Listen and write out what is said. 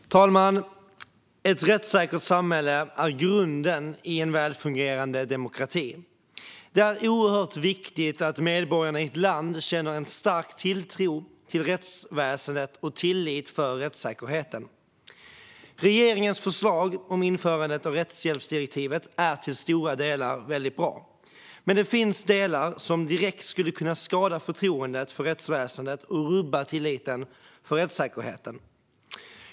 Herr talman! Ett rättssäkert samhälle är grunden i en välfungerande demokrati. Det är oerhört viktigt att medborgarna i ett land känner en stark tilltro till rättsväsendet och tillit till rättssäkerheten. Regeringens förslag om införandet av rättshjälpsdirektivet är till stora delar väldigt bra, men det finns delar som direkt skulle kunna skada förtroendet för rättsväsendet och rubba tilliten till rättssäkerheten.